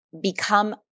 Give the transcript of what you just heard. become